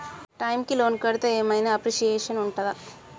Time కి loan కడ్తే ఏం ఐనా అప్రిషియేషన్ ఉంటదా?